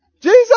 Jesus